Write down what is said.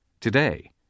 Today